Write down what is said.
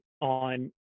on